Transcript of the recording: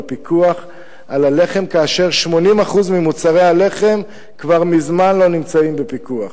הפיקוח על הלחם כאשר 80% ממוצרי הלחם כבר מזמן לא נמצאים בפיקוח,